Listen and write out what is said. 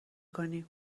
کنیم